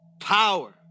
power